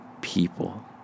people